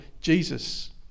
Jesus